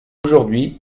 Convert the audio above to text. aujourd’hui